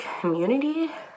community